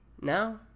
Now